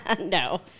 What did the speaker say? No